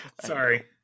sorry